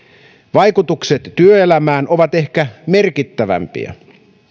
vaikutukset työelämään ovat ehkä merkittävimpiä